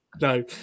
No